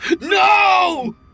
No